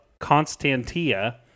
Constantia